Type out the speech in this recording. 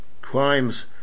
crimes